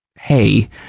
hey